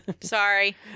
Sorry